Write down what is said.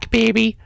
baby